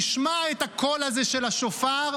תשמע את הקול הזה של השופר,